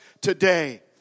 today